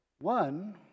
One